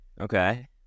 Okay